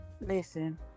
Listen